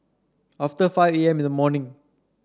after five A M in the morning